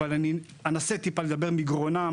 אבל אני אנסה טיפה לדבר מגרונם,